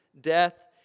death